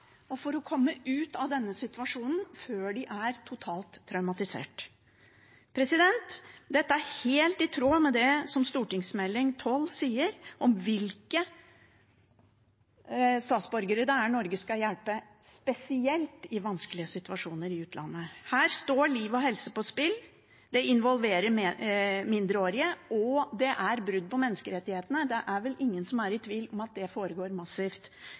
og for å komme ut av denne situasjonen før de er totalt traumatisert. Dette er helt i tråd med det som Meld. St. 12 for 2010–2011 sier om hvilke statsborgere Norge skal hjelpe spesielt i vanskelige situasjoner i utlandet. Her står liv og helse på spill, det involverer mindreårige, og det er brudd på menneskerettighetene. Det er vel ingen som er i tvil om at det foregår massivt